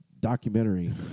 documentary